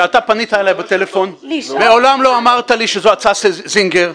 כשאתה פנית אליי בטלפון מעולם לא אמרת לי שזו הצעה של זינגר.